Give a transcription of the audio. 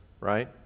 right